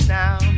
now